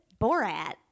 Borat